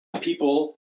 people